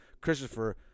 Christopher